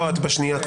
לא, את כבר בשנייה.